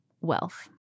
wealth